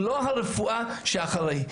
לא הרפואה שאחרי.